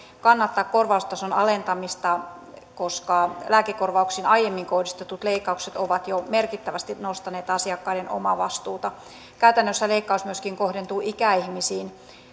kannattaa korvaustason alentamista koska lääkekorvauksiin aiemmin kohdistetut leikkaukset ovat jo merkittävästi nostaneet asiakkaiden omavastuuta käytännössä leikkaus myöskin kohdentuu ikäihmisiin